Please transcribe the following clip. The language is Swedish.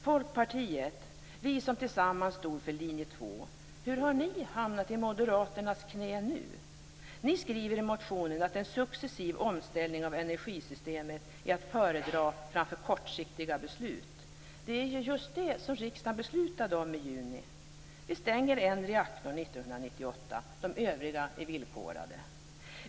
Folkpartiet - vi stod ju tillsammans för linje 2 - hur har ni nu hamnat i Moderaternas knä? Ni skriver i motionen att en successiv omställning av energisystemet är att föredra framför kortsiktiga beslut. Det är ju just det som riksdagen beslutade om i juni. Vi stänger en reaktor 1998. De övriga är villkorade.